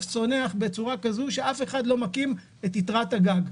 צונח בצורה כזו שאף אחד לא מקים את יתרת הגג.